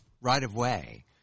right-of-way